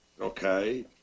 Okay